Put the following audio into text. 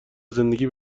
زندگی